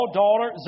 daughter